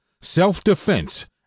self-defense